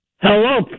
Hello